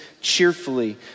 cheerfully